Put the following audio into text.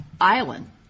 island